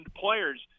players